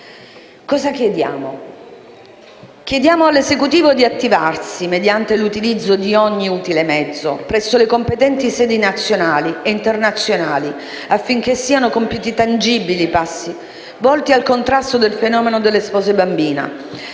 Cosa chiediamo? Chiediamo all'Esecutivo di attivarsi, mediante l'utilizzo di ogni utile mezzo, presso le competenti sedi nazionali e internazionali, affinché siano compiuti tangibili passi volti al contrasto del fenomeno delle spose bambine,